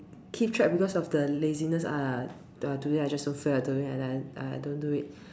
keep track because of the laziness ah today I just don't feel like doing it then I don't do it